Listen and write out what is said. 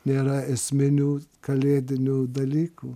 nėra esminių kalėdinių dalykų